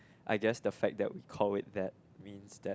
I guess the fact that we call it that means that